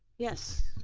yes?